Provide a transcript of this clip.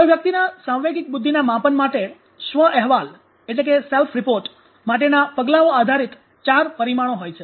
કોઈ વ્યક્તિના સાંવેગિક બુદ્ધિના માપન માટે સ્વ અહેવાલ માટેના પગલાઓ આધારીત ચાર પરિમાણો હોય છે